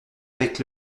avec